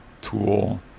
tool